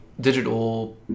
digital